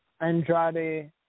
Andrade